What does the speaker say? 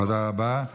רבה.